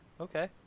okay